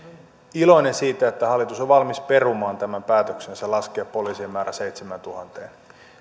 iloinen siitä että hallitus on valmis perumaan tämän päätöksensä laskea poliisien määrä seitsemääntuhanteen kun